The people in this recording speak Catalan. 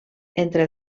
entre